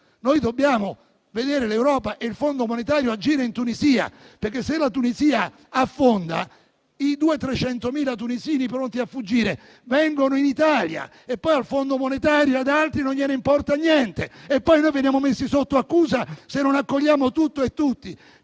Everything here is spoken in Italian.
Noi dobbiamo vedere l'Europa e il Fondo monetario agire in Tunisia, perché, se la Tunisia affonda, i 200.000-300.000 tunisini pronti a fuggire vengono in Italia e poi al Fondo monetario ad altri non importa niente. Poi noi veniamo messi sotto accusa, se non accogliamo tutti? Ci